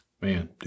Man